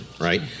right